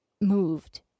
moved